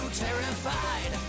terrified